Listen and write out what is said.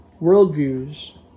worldviews